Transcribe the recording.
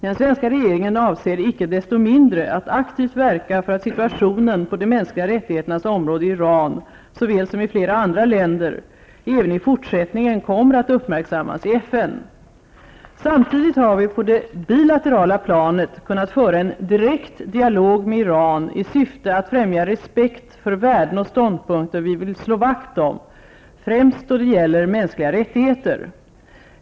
Den svenska regeringen avser icke desto mindre att aktivt verka för att situationen på de mänskliga rättigheternas område i Iran, såväl som i flera andra länder, även i fortsättningen kommer att uppmärksammas i FN. Samtidigt har vi på det bilaterala planet kunnat föra en direkt dialog med Iran i syfte att främja respekt för värden och ståndpunkter vi vill slå vakt om, främst då det gäller mänskliga rättigheter.